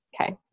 Okay